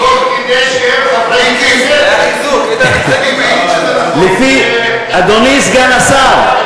טוב, שאין חברי כנסת, לפי, אדוני סגן השר,